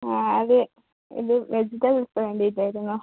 ആ ഇത് വെജിറ്റബിൾസിന് വേണ്ടിയിട്ടാരുന്നു